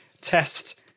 test